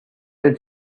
had